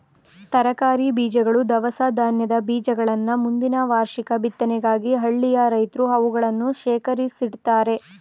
ತರಕಾರಿ ಬೀಜಗಳು, ದವಸ ಧಾನ್ಯದ ಬೀಜಗಳನ್ನ ಮುಂದಿನ ವಾರ್ಷಿಕ ಬಿತ್ತನೆಗಾಗಿ ಹಳ್ಳಿಯ ರೈತ್ರು ಅವುಗಳನ್ನು ಶೇಖರಿಸಿಡ್ತರೆ